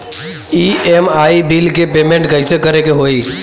EMI bill के payment कइसे करे के होई?